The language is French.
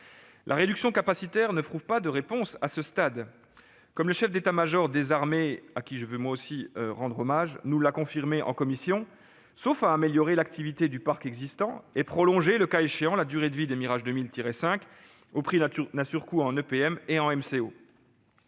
la réduction capacitaire ne trouve pas de réponse à ce stade, comme le chef d'état-major des armées- je veux moi aussi lui rendre hommage -nous l'a confirmé en commission, sauf à améliorer l'activité du parc existant et à prolonger, le cas échant, la durée de vie des Mirage 2000-5, au prix d'un surcoût en EPM et en